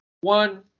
one